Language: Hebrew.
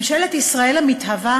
ממשלת ישראל המתהווה,